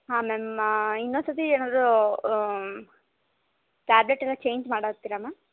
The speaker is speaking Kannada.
ಹಾಂ ಮ್ಯಾಮ್ ಇನ್ನೊಂದು ಸರ್ತಿ ಏನಾದರೂ ಟ್ಯಾಬ್ಲೆಟ್ ಎಲ್ಲ ಚೇಂಜ್ ಮಾಡಿ ಹಾಕ್ತಿರಾ ಮ್ಯಾಮ್